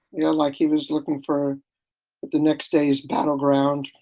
you know, like he was looking for the next day's battleground.